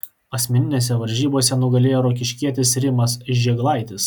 asmeninėse varžybose nugalėjo rokiškietis rimas žėglaitis